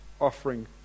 offering